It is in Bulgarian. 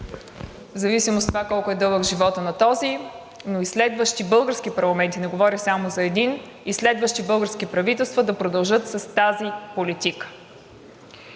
в зависимост от това, колко е дълъг животът на този, но и следващи български парламенти, не говоря само за един, и следващи български правителства да продължат с тази политика.